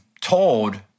told